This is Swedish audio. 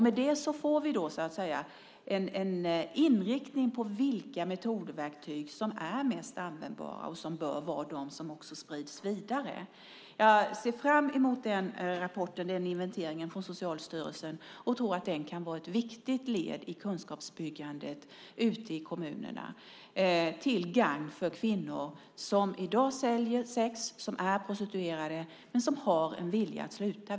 Med det får vi en inriktning på vilka metodverktyg som är mest användbara och som också bör spridas vidare. Jag ser fram emot denna inventering från Socialstyrelsen och tror att den kan vara ett viktigt led i kunskapsbyggandet ute i kommunerna till gagn för kvinnor som i dag säljer sex, som är prostituerade, men som har en vilja att sluta.